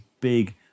big